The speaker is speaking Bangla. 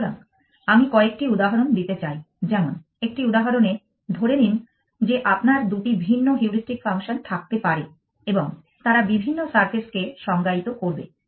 সুতরাং আমি কয়েকটি উদাহরণ দিতে চাই যেমন একটি উদাহরণে ধরে নিন যে আপনার দুটি ভিন্ন হিউরিস্টিক ফাংশন থাকতে পারে এবং তারা বিভিন্ন সারফেস কে সংজ্ঞায়িত করবে